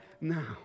now